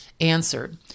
answered